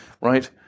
right